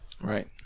right